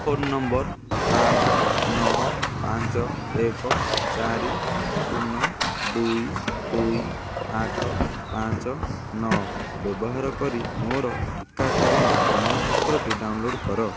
phone number ଆଠ ନଅ ପାଞ୍ଚ ଏକ ଚାରି ଶୂନ ଦୁଇ ଦୁଇ ଆଠ ପାଞ୍ଚ ନଅ ବ୍ୟବହାର କରି ମୋର ଟୀକାକରଣର ପ୍ରମାଣପତ୍ରଟି ଡାଉନ୍ଲୋଡ଼୍ କର